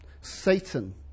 Satan